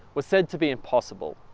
was said to be impossible.